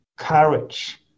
courage